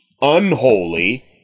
unholy